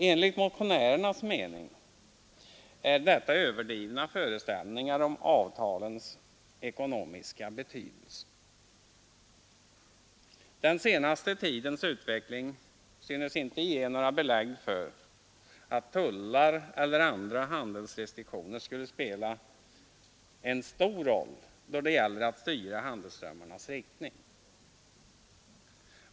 Enligt motionärernas mening är detta överdrivna föreställningar om avtalens ekonomiska betydelse. Den senaste tidens utveckling synes inte ge några belägg för att tullar eller andra handelsrestriktioner skulle spela en stor roll då det gäller att styra handelsströmmarnas riktning.